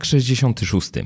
66